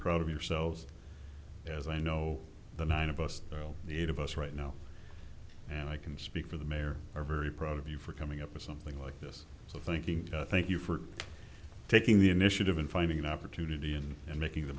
proud of yourselves as i know the nine of us will the eight of us right now and i can speak for the mayor are very proud of you for coming up with something like this so thinking thank you for taking the initiative in finding an opportunity and and making the